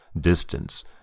distance